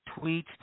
tweets